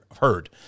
heard